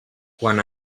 quan